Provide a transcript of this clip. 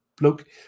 look